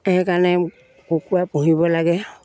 সেইকাৰণে কুকুৰা পুহিব লাগে